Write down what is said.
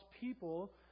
people